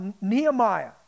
Nehemiah